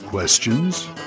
Questions